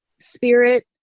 spirit